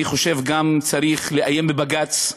אני חושב שצריך גם לאיים בבג"ץ,